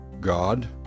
God